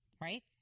right